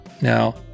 Now